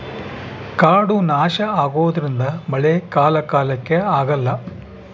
ಕಾಡು ನಾಶ ಆಗೋದ್ರಿಂದ ಮಳೆ ಕಾಲ ಕಾಲಕ್ಕೆ ಆಗಲ್ಲ